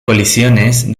colisiones